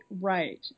right